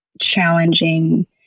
challenging